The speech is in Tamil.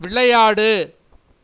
விளையாடு